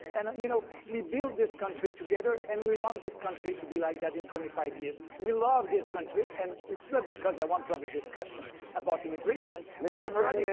and, you know, we build this country together, and we want this country to be like that in twenty five years. we love this country and it's sad because i want to have a discussion about immigration, that i'm on yeah